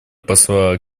посла